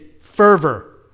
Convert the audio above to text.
fervor